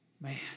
Man